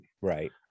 Right